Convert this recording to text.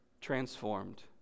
transformed